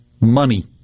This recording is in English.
money